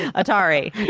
atari.